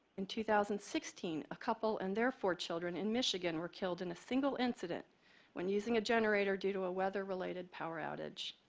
in two thousand and sixteen, a couple and their four children in michigan were killed in a single incident when using a generator due to a weather-related power outage.